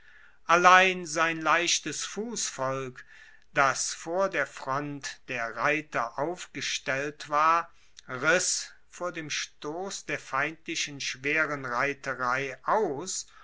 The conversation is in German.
allein sein leichtes fussvolk das vor der front der reiter aufgestellt war riss vor dem stoss der feindlichen schweren reiterei aus